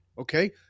okay